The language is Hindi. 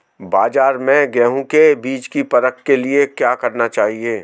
बाज़ार में गेहूँ के बीज की परख के लिए क्या करना चाहिए?